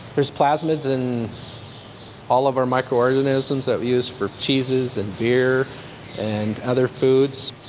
there's plasmids in all of our micro-organisms that we use for cheeses and beer and other foods.